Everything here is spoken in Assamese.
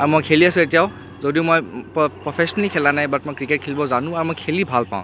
আৰু মই খেলি আছোঁ এতিয়াও যদিও মই প প্ৰফেশ্যনেলি খেলা নাই বাট মই ক্ৰিকেট খেলিব জানো আৰু মই খেলি ভাল পাওঁ